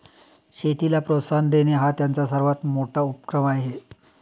शेतीला प्रोत्साहन देणे हा त्यांचा सर्वात मोठा उपक्रम आहे